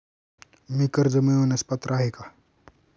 मी कर्ज मिळवण्यास पात्र आहे का?